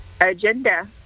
Agenda